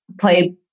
play